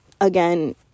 again